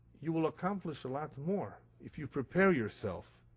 you will accomplish a lot more if you prepare yourself,